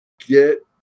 get